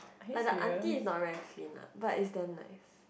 like the auntie is not very clean lah but is damn nice